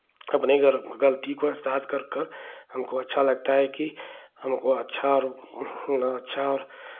अपने गलती गलती को एहसास कर कर हमको अच्छा लगता है कि हमको अच्छा अच्छा